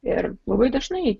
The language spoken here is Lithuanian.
ir labai dažnai